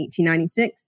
1896